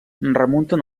remunten